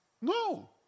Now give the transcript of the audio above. No